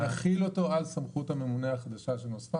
נחיל אותו על סמכות הממונה החדשה שנוספה